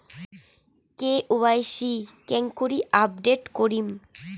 KYC কেঙ্গকরি update করিম?